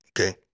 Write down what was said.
Okay